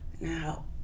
now